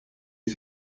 you